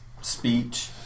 speech